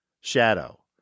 Shadow